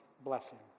blessing